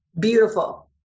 Beautiful